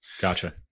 Gotcha